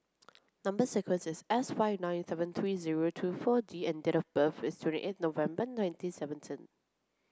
number sequence is S five nine seven three zero two four D and date of birth is twenty eight November nineteen seventeen